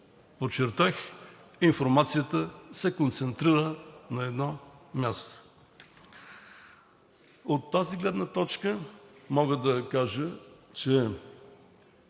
подчертах, информацията се концентрира на едно място. От тази гледна точка мога да кажа, че